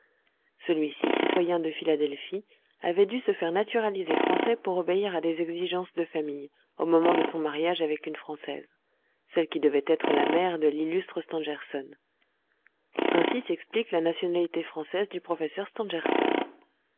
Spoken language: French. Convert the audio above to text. celui-ci citoyen de philadelphie avait dû se faire naturaliser français pour obéir à des exigences de famille au moment de son mariage avec une française celle qui devait être la mère de l'illustre stangerson ainsi s'explique la nationalité française du professeur